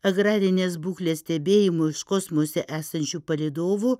agrarinės būklės stebėjimų iš kosmose esančių palydovų